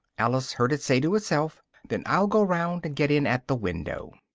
alice heard it say to itself then i'll go round and get in at the window.